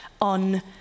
on